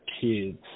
kids